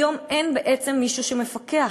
היום אין בעצם מישהו שמפקח,